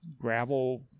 gravel